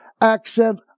Accent